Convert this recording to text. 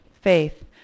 faith